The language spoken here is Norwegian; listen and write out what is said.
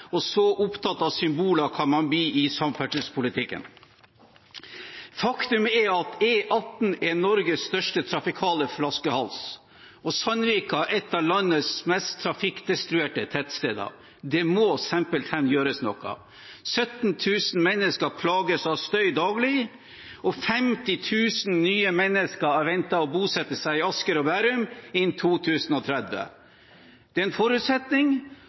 og så opptatt av symboler kan man bli i samferdselspolitikken. Faktum er at E18 er Norges største trafikale flaskehals, og at Sandvika er ett av landets mest trafikkdestruerte tettsteder. Det må simpelthen gjøres noe. 17 000 mennesker plages av støy daglig, og 50 000 nye mennesker venter å bosette seg i Asker og Bærum innen 2030. Det er en forutsetning